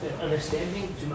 Understanding